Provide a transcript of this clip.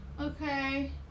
Okay